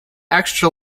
extra